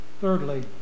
Thirdly